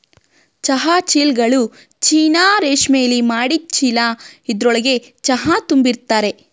ಚಹಾ ಚೀಲ್ಗಳು ಚೀನಾ ರೇಶ್ಮೆಲಿ ಮಾಡಿದ್ ಚೀಲ ಇದ್ರೊಳ್ಗೆ ಚಹಾ ತುಂಬಿರ್ತರೆ